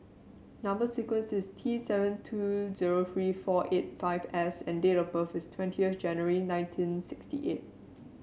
number sequence is T seven two zero three four eight five S and date of birth is twentieth January nineteen sixty eight